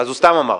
אז הוא סתם אמר?